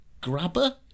Grabber